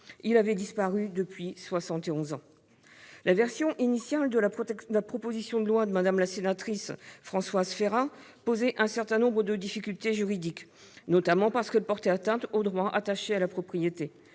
Il avait disparu depuis soixante et onze ans ... La version initiale de la proposition de loi de Mme la sénatrice Françoise Férat posait un certain nombre de difficultés juridiques, notamment parce qu'elle portait atteinte aux droits attachés à la propriété.